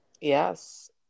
Yes